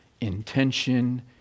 intention